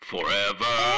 Forever